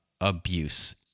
abuse